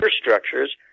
structures